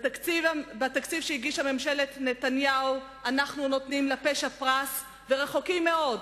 בתקציב שהגישה ממשלת נתניהו אנחנו נותנים לפשע פרס ורחוקים מאוד